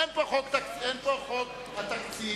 אין פה חוק התקציב.